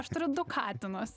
aš turiu du katinus